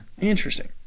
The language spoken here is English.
Interesting